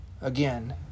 again